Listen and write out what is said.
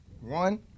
one